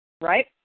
right